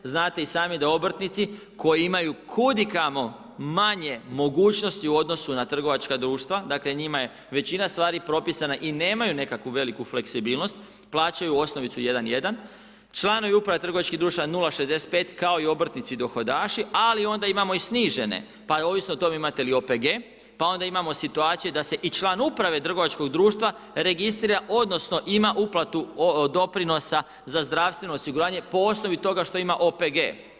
Znate i sami da obrtnici koji imaju kudikamo manje mogućnosti u odnosu na trgovačka društva, dakle njima je većina stvari propisana i nemaju nekakvu veliku fleksibilnost, plaćaju osnovicu 1,1, članovi uprave trgovačkih društava 0,65 kao i obrtnici dohodaši ali onda imamo i snižene pa ovisno o tome imate li OPG, pa onda imamo situaciju da se i član uprave trgovačkog društva registrira odnosno ima uplatu doprinosa za zdravstveno osiguranje po osnovi toga što ima OPG.